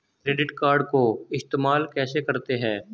Credit card को इस्तेमाल कैसे करते हैं?